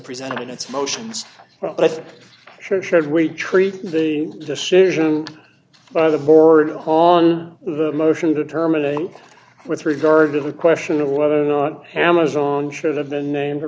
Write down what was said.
presented in its motions but it sure shows we treat the decision by the board on the motion determination with regard to the question of whether or not amazon should have been named